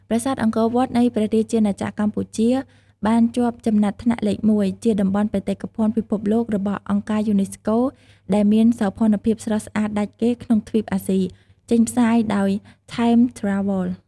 ប្រាសាទអង្គរវត្តនៃព្រះជាណាចក្រកម្ពុជា បានជាប់ចំណាត់ថ្នាក់លេខ១ ជាតំបន់បេតិកភណ្ឌពិភពលោករបស់អង្គការយូណេស្កូ ដែលមានសោភ័ណភាពស្រស់ស្អាតដាច់គេក្នុងទ្វីបអាស៊ី ចេញផ្សាយដោយ TimesTravel។